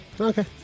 Okay